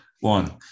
One